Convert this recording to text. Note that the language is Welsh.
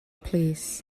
plîs